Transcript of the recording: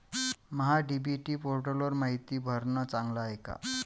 महा DBT पोर्टलवर मायती भरनं चांगलं हाये का?